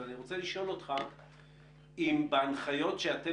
אבל אני רוצה לשאול אותך האם בהנחיות שאתם